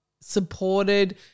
supported